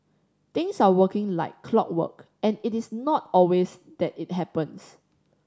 things are working like clockwork and it is not always that it happens